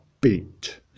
beat